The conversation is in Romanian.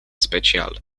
special